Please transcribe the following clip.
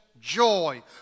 joy